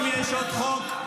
אם יש עוד חוק,